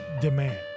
Demand